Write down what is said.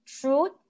truth